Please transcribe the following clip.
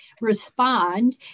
respond